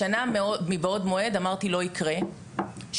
השנה מבעוד מועד אמרתי שזה לא יקרה שוב.